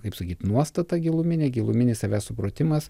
kaip sakyt nuostata giluminė giluminis savęs supratimas